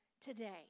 today